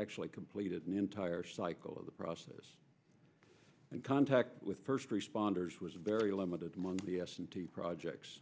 actually completed an entire cycle of the process and contact with first responders was very limited among the s and t projects